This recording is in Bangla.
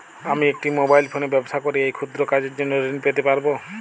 আমি একটি মোবাইল ফোনে ব্যবসা করি এই ক্ষুদ্র কাজের জন্য ঋণ পেতে পারব?